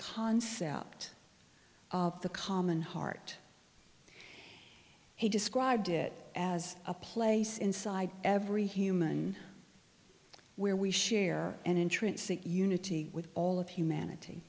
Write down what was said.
concept of the common heart he described it as a place inside every human where we share an intrinsic unity with all of humanity